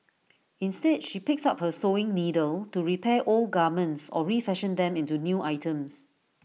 instead she picks up her sewing needle to repair old garments or refashion them into new items